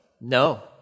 No